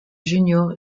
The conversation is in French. junior